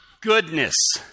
goodness